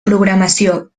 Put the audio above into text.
programació